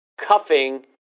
cuffing